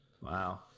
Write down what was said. Wow